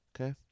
okay